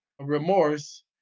remorse